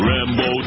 Rambo